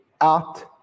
out